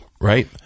right